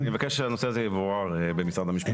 אני מבקש שהנושא הזה יבורר במשרד המשפטים.